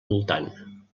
voltant